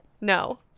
No